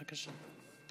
בבקשה.